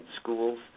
schools